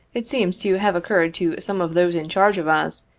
it seems to have occurred to some of those in charge of us,